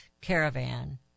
caravan